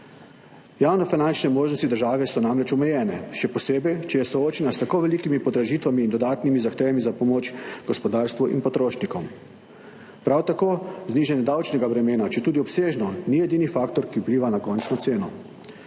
Javno finančne možnosti države so namreč omejene, še posebej, če je soočena s tako velikimi podražitvami in dodatnimi zahtevami za pomoč gospodarstvu in potrošnikom. Prav tako znižanje davčnega bremena, četudi obsežno, ni edini faktor, ki vpliva na končno ceno.